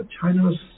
China's